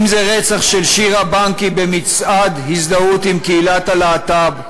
אם זה רצח של שירה בנקי במצעד הזדהות עם קהילת הלהט"ב,